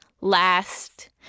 last